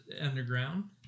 underground